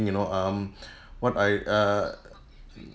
you know um what I err